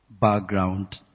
background